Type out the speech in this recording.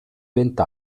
venti